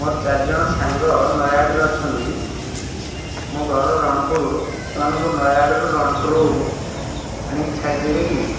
ମୋର ଚାରି ଜଣ ସାଙ୍ଗ ନୟାଗଡ଼ରେ ଅଛନ୍ତି ମୋ ଘର ରଣପୁର ସେମାନଙ୍କୁ ନୟାଗଡ଼ରୁ ରଣପୁର ଆଣିକି ଛାଡ଼ି ଦେବେ କି